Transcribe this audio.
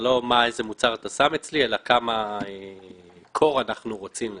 לא איזה מוצר אתה שם אצלי אלא כמה קור אנחנו רוצים למעשה,